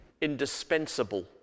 indispensable